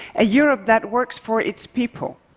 a europe that works for its people.